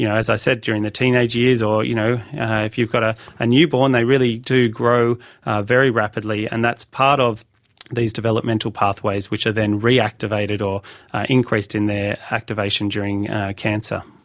you know as i said, during the teenage years or you know if you've got a newborn they really do grow very rapidly and that's part of these developmental pathways which are then reactivated or increased in their activation during cancer.